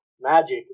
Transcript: Magic